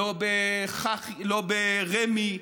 לא ברמ"י,